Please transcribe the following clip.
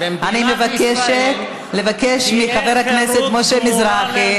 אני מבקשת לבקש מחבר הכנסת משה מזרחי,